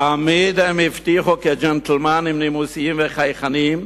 תמיד הם הבטיחו כג'נטלמנים נימוסיים וחייכנים,